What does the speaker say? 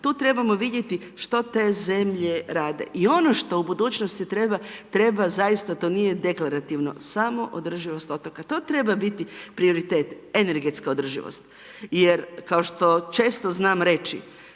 Tu trebamo vidjeti što te zemlje rade. I ono što u budućnosti treba, treba zaista, to nije deklarativno, samo održivost otoka, to treba biti prioritet, energetska održivost. Jer kao što često znam reći,